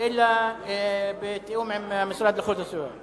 אלא בתיאום עם המשרד לאיכות הסביבה.